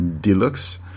deluxe